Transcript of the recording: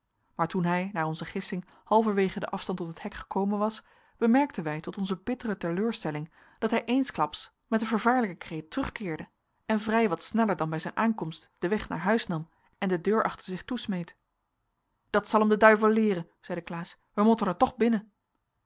maar toen hij naar onze gissing halverwegen den afstand tot het hek gekomen was bemerkten wij tot onze bittere teleurstelling dat hij eensklaps met een vervaarlijken kreet terugkeerde en vrij wat sneller dan bij zijn aankomst den weg naar huis nam en de deur achter zich toesmeet dat zal hem de duivel leeren zeide klaas wij motten er toch binnen